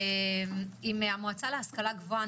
עם המועצה להשכלה גבוהה,